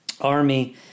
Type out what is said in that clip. army